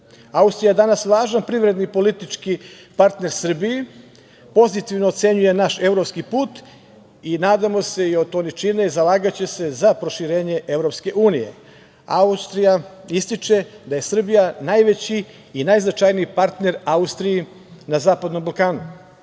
Austrija je danas važan privredni i politički partner Srbiji, pozitivno ocenjuje naš evropski put i nadamo se i oni to čine i zalagaće se za proširenje EU.Austrija ističe da je Srbija najveći i najznačajniji partner Austriji na Zapadnom